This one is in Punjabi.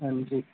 ਹਾਂਜੀ